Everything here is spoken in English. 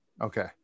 okay